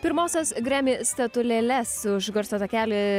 pirmosios grammy statulėles už garso takelį